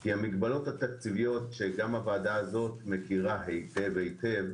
כי המגבלות התקציביות שגם הוועדה הזאת מכירה היטב-היטב